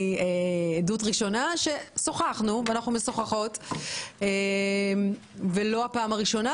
מעדות ראשונה ששוחחנו ואנחנו משוחחות ולא בפעם הראשונה,